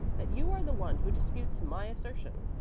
that you are the one who disputes my assertion.